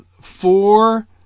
four